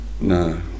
No